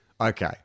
okay